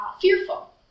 fearful